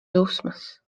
dusmas